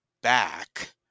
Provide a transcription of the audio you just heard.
back